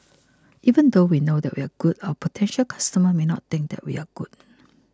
even though we know that we are good our potential customers may not think that we are good